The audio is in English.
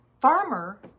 farmer